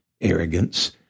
arrogance